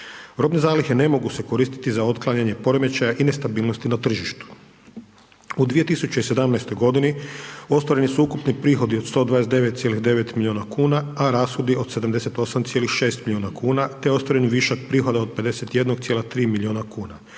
Robne zalihe ne mogu se koristiti za otklanjanje poremećaja i nestabilnosti na tržištu. U 2017. g. ostvareni su ukupni prihodi od 129,9 milijuna kuna, a rashodi od 78,6 milijuna kuna te je ostvareni višak prihoda od 51,3 milijuna kuna,